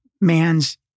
man's